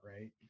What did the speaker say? right